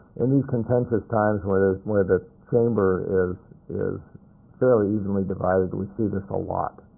in these contentious times where where the chamber is is fairly evenly divided, we see this a lot.